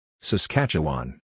Saskatchewan